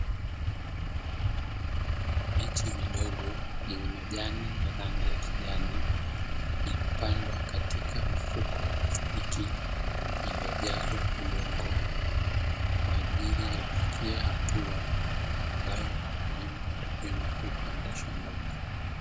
Miche midogo yenye majani ya rangi ya kijani, iliyopandwa katika mifuko ya plastiki iliyojazwa udongo kwa ajili ya kufikia hatua ambayo wakulima watakwenda kuipanda shambani.